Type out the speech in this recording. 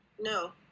No